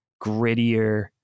grittier